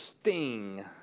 sting